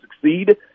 succeed